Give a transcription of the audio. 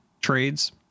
trades